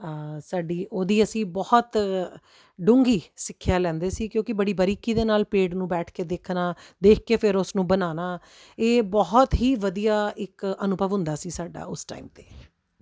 ਸਾਡੀ ਉਹਦੀ ਅਸੀਂ ਬਹੁਤ ਡੂੰਘੀ ਸਿੱਖਿਆ ਲੈਂਦੇ ਸੀ ਕਿਉਂਕਿ ਬੜੀ ਬਾਰੀਕੀ ਦੇ ਨਾਲ ਪੇੜ ਨੂੰ ਬੈਠ ਕੇ ਦੇਖਣਾ ਦੇਖ ਕੇ ਫਿਰ ਉਸ ਨੂੰ ਬਣਾਉਣਾ ਇਹ ਬਹੁਤ ਹੀ ਵਧੀਆ ਇੱਕ ਅਨੁਭਵ ਹੁੰਦਾ ਸੀ ਸਾਡਾ ਉਸ ਟਾਈਮ 'ਤੇ